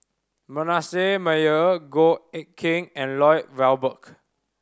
Manasseh Meyer Goh Eck Kheng and Lloyd Valberg